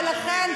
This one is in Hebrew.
ולכן,